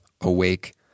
awake